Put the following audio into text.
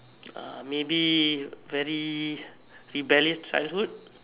uh maybe very rebellious childhood